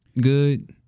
good